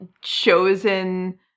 chosen